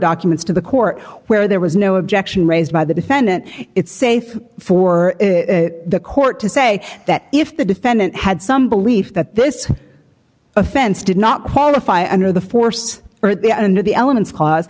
documents to the court where there was no objection raised by the defendant it's safe for the court to say that if the defendant had some belief that this offense did not qualify under the force under the elements cause